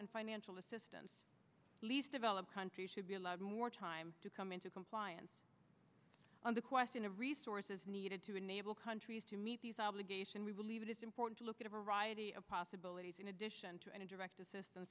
and financial assistance least developed countries should be allowed more time to come into compliance on the question of resources needed to enable countries to meet these obligation we believe it is important to look at a variety of possibilities in addition to any direct assistance